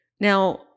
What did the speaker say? Now